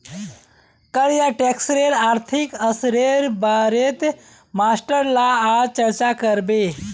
कर या टैक्सेर आर्थिक असरेर बारेत मास्टर ला आज चर्चा करबे